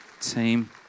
team